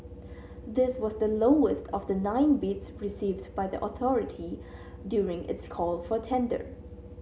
this was the lowest of the nine bids received by the authority during its call for tender